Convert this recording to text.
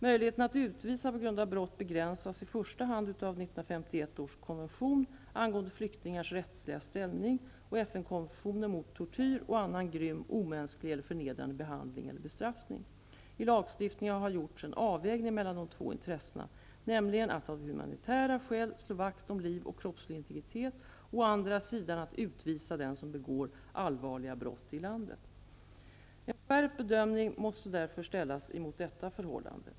Möjligheten att utvisa på grund av brott begränsas i första hand av 1951 års konvention angående flyktingars rättsliga ställning och FN-konventionen mot tortyr och annan grym, omänsklig eller förnedrande behandling eller bestraffning. I lagstiftningen har gjorts en avvägning mellan de två intressena, nämligen att av humanitära skäl slå vakt om liv och kroppslig integritet och å andra sidan intresset att utvisa den som begår allvarliga brott i landet. En skärpt bedömning måste därför ställas mot detta förhållande.